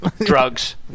Drugs